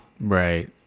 right